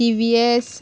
TVS